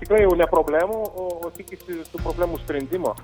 tikrai jau ne problemų o tikisi tų problemų sprendimo